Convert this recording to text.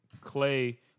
Clay